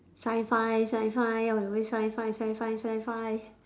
sci-fi sci-fi all the way sci-fi sci-fi sci-fi